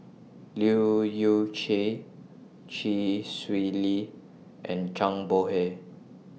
Leu Yew Chye Chee Swee Lee and Zhang Bohe